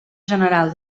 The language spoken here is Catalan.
general